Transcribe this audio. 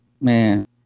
man